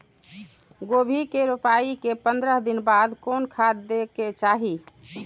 गोभी के रोपाई के पंद्रह दिन बाद कोन खाद दे के चाही?